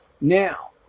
now